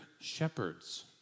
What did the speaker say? shepherds